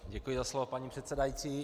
Děkuji za slovo, paní předsedající.